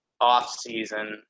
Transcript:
off-season